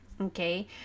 Okay